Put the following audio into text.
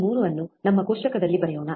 3 ಅನ್ನು ನಮ್ಮ ಕೋಷ್ಟಕದಲ್ಲಿ ಬರೆಯೋಣ